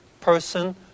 person